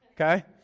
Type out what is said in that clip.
Okay